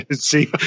see